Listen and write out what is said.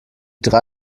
drei